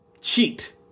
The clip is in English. cheat